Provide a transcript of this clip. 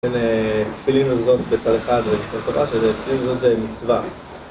תפיליו ומזוזות בצד אחד, וספר תורה שזה, תפילין ומזוזות זה מצווה